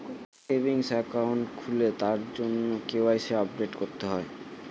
savings account খুললে তার জন্য কে.ওয়াই.সি আপডেট করতে হয়